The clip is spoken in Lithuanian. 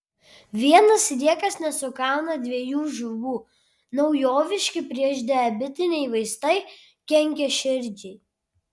vienas sliekas nesugauna dviejų žuvų naujoviški priešdiabetiniai vaistai kenkia širdžiai